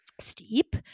steep